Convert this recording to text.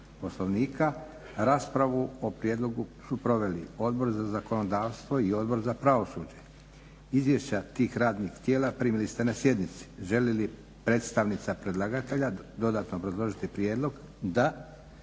poslovnika. Raspravu su proveli Odbor za zakonodavstvo, Odbor za pravosuđe. Izvješća tih radnih tijela ste primili na sjednici. Želi li predstavnica predlagatelja dodatno obrazložiti prijedlog? Da,